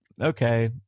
okay